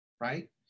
right